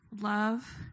love